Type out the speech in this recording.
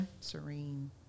Serene